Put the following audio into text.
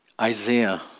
Isaiah